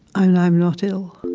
i'm not ill